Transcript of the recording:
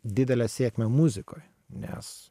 didelę sėkmę muzikoj nes